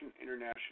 International